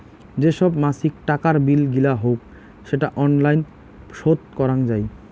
যে সব মাছিক টাকার বিল গিলা হউক সেটা অনলাইন শোধ করাং যাই